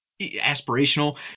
aspirational